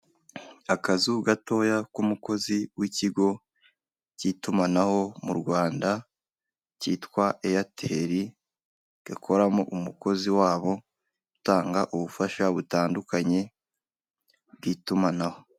Akazu gatoya k'umukozi w'ikigo cy'itumanaho mu Rwanda cyitwa eyateri (airtel) gakoramo umukozi wabo utanga ubufasha butandukanye bw'itumanaho.